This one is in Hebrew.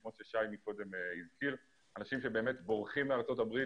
כמו ששי קודם הזכיר: אנשים בורחים מארצות הברית